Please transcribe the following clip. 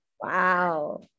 Wow